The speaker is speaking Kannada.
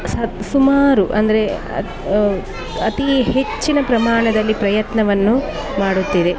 ಸ ಸುಮಾರು ಅಂದರೆ ಅತಿ ಹೆಚ್ಚಿನ ಪ್ರಮಾಣದಲ್ಲಿ ಪ್ರಯತ್ನವನ್ನು ಮಾಡುತ್ತಿದೆ